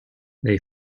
they